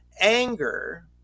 anger